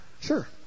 Sure